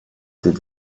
did